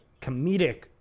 comedic